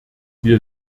wir